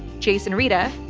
jason rita,